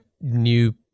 new